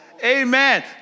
amen